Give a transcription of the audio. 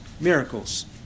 Miracles